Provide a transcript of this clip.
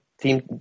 team